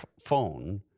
phone